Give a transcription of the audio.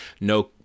no